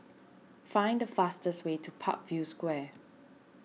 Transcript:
find the fastest way to Parkview Square